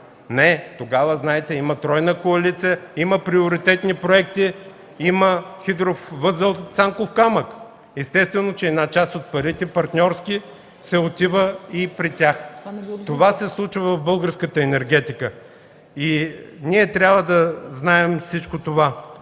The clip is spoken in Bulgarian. Не. Тогава, знаете, има тройна коалиция, има приоритетни проекти, има хидровъзел „Цанков камък”! Естествено, че част от парите – партньорски, отива и при тях. Това се случва в българската енергетика и ние трябва да го знаем. Затова